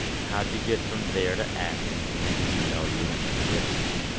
how'd you get from there to acting, and when did you know you were going to do this?